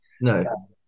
no